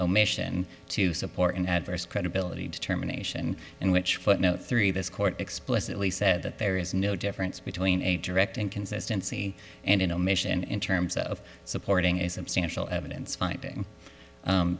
omission to support an adverse credibility determination in which footnote three this court explicitly said that there is no difference between a direct inconsistency and in omission in terms of supporting a substantial evidence finding